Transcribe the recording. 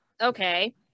Okay